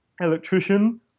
electrician